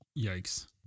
Yikes